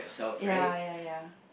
ya ya ya